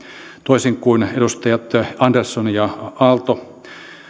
toisin kuin edustajat andersson ja aalto